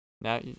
Now